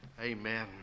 Amen